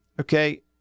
Okay